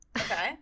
Okay